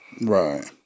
Right